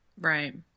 right